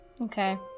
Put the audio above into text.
Okay